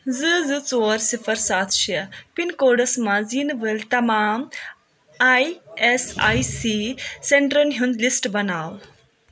زٕ زٕ ژور سِفَر سَتھ شےٚ پِن کوڈَس منٛز یِنہٕ وٲلۍ تمام آی اٮ۪س آی سی سٮ۪نٹرٛن ہُنٛد لِسٹ بَناو